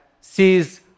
sees